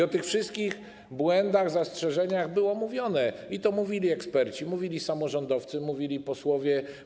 O tych wszystkich błędach, zastrzeżeniach było mówione i to mówili eksperci, mówili samorządowcy, mówili posłowie.